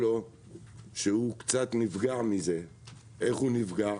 שהוא קצת נפגע מזה; איך הוא נפגע?